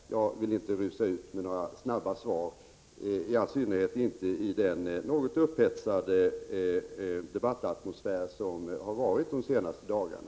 Jag vill inte rusa ut med snabba svar, i synnerhet inte i den något upphetsade debattatmosfär som rått de senaste dagarna.